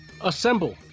Assemble